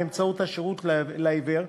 באמצעות השירות לעיוור,